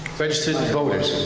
registered voters?